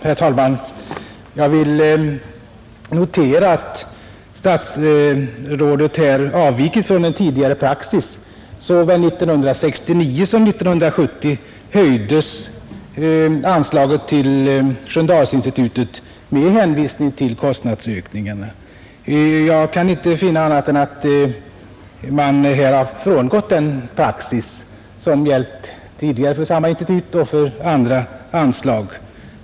Herr talman! Jag vill notera att statsrådet här avviker från tidigare praxis. Såväl 1969 som 1970 höjdes anslaget till Sköndalsinstitutet med hänvisning till kostnadsökningen, Jag kan inte finna annat än att man här frångått den praxis som tidigare gällt för anslag till samma institut och för andra anslag.